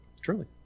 Truly